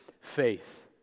faith